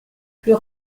plus